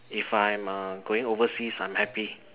if I'm uh going overseas I'm happy